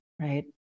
right